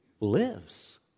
lives